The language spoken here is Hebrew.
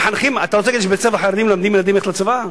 אתה רוצה להגיד לי שבבתי-ספר חרדיים מלמדים ילדים ללכת לצבא?